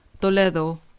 Toledo